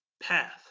path